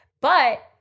But-